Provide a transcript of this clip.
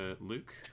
Luke